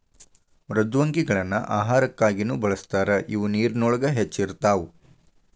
ಮೃದ್ವಂಗಿಗಳನ್ನ ಆಹಾರಕ್ಕಾಗಿನು ಬಳಸ್ತಾರ ಇವ ನೇರಿನೊಳಗ ಹೆಚ್ಚ ಇರತಾವ